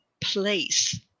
place